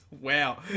Wow